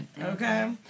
Okay